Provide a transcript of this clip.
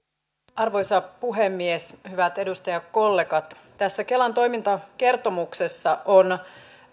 arvoisa puhemies hyvät edustajakollegat tässä kelan toimintakertomuksessa on